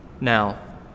Now